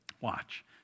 Watch